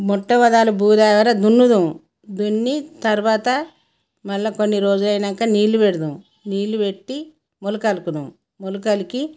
మొట్టమొదలు భూదేవర దున్నుదుము దున్ని తర్వాత మళ్ళ కొన్ని రోజులైనాక నీళ్ళు పెడదుం నీళ్ళు పెట్టి మొలక అలుకుదాం మొలక అలికి